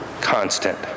constant